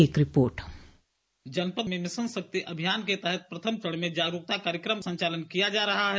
एक रिपोर्ट जनपद में मिशन शक्ति अभियान के तहत प्रथम चरण में जागरूकता कार्यक्रम का संचालन किया जा रहा है